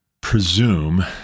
presume